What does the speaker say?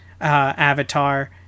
avatar